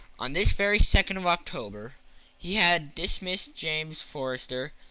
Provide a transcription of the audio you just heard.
on this very second of october he had dismissed james forster,